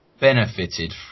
benefited